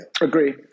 Agree